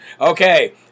okay